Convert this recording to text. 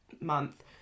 month